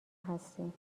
هستین